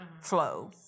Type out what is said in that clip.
flow